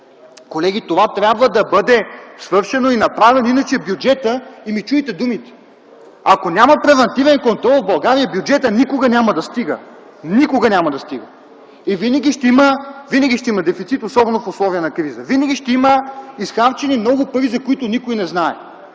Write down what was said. Колеги, това трябва да бъде свършено и направено, иначе бюджетът – чуйте ми думите: ако няма превантивен контрол в България, бюджетът никога няма да стига. Никога няма да стига! Винаги ще има дефицит, особено в условия на криза. Винаги ще има изхарчени много пари, за които никой не знае.